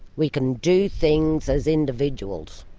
we can do things as individuals.